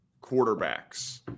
quarterbacks